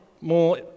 more